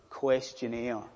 questionnaire